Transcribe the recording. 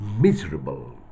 miserable